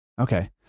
Okay